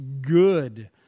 good